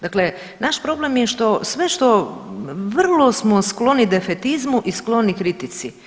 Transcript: Dakle, naš problem je što sve što vrlo smo skloni defetizmu i skloni kritici.